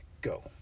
Go